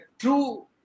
true